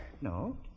No